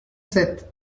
sept